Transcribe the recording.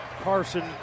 Carson